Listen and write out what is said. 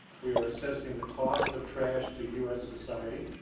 we are assessing the costs of trash to u s. society,